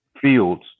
Fields